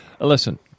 Listen